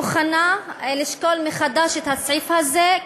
אני מוכנה לשקול מחדש את הסעיף הזה,